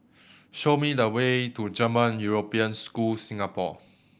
show me the way to German European School Singapore